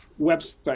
website